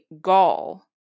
gall